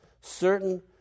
certain